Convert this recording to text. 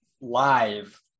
live